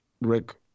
Rick